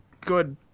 good